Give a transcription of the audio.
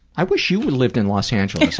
i wish you would live in los angeles.